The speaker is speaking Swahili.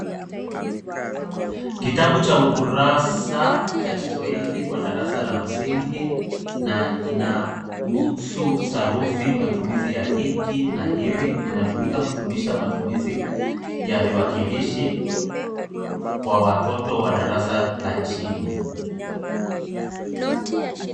Kitabu cha ukurasa cha kiswahili kwa darasa la Msingi na ina hususa rufi matumizi ya hiki na hivi, inatumika kufundisha matumizi ya viwakilishi, kwa watoto wa darasa la chini.